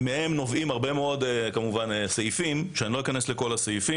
מהם נובעים הרבה מאוד סעיפים, שלא אכנס לכולם,